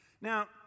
Now